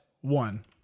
one